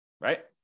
right